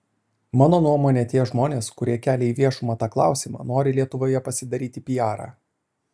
mano nuomone tie žmonės kurie kelia į viešumą tą klausimą nori lietuvoje pasidaryti piarą